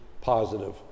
positive